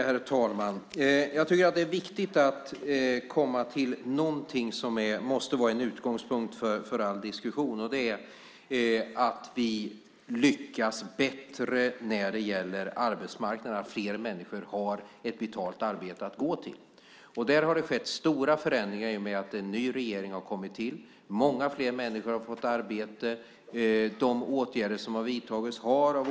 Herr talman! Det är viktigt att komma fram till det som måste vara en utgångspunkt för all diskussion, nämligen att vi lyckas bättre när det gäller arbetsmarknaden. Fler människor har ett betalt arbete att gå till. Där har det skett stora förändringar i och med en ny regering har kommit till. Många fler människor har fått ett arbete.